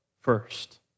first